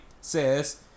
says